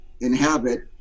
inhabit